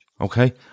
okay